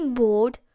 bored